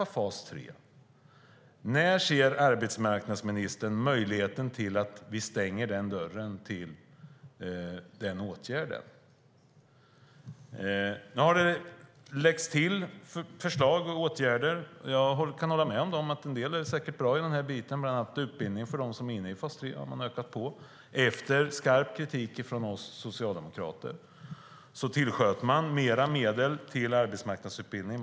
När ser arbetsmarknadsministern att det finns möjlighet att stänga dörren till denna åtgärd? Nu har det lagts till förslag och åtgärder. Jag kan hålla med om att en del säkert är bra, bland annat att man har utökat utbildningen för dem som är inne i fas 3. Efter skarp kritik från oss socialdemokrater tillsköt man mer medel till arbetsmarknadsutbildning.